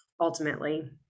ultimately